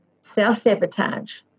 self-sabotage